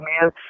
man